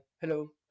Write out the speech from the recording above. Hello